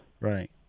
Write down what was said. Right